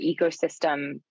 ecosystem